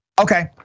Okay